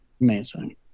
Amazing